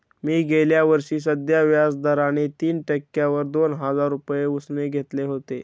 मी गेल्या वर्षी साध्या व्याज दराने तीन टक्क्यांवर दोन हजार रुपये उसने घेतले होते